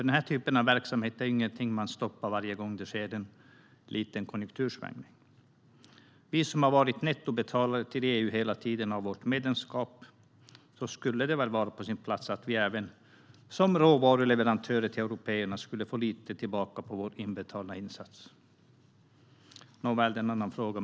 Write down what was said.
Den här typen av verksamhet är ju inget man stoppar varje gång det sker en liten konjunktursvängning. Sverige har sedan vi blev medlemmar i unionen hela tiden varit nettobetalare till EU. Då skulle det väl vara på sin plats att vi även som råvaruleverantör till européerna skulle få lite tillbaka på vår inbetalda insats? Nåväl, det är en annan fråga.